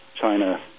China